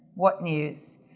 what news!